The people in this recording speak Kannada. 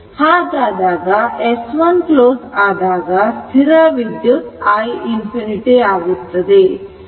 ಹಾಗಾದಾಗ S1 ಕ್ಲೋಸ್ ಆದಾಗ ಸ್ಥಿರ ವಿದ್ಯುತ್ i ∞ ಆಗುತ್ತದೆ